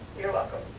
you're welcome.